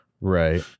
Right